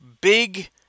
big